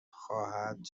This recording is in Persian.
خواهد